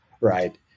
right